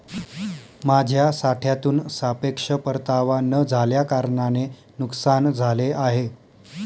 माझ्या साठ्यातून सापेक्ष परतावा न झाल्याकारणाने नुकसान झाले आहे